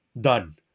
done